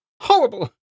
Horrible